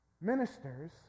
ministers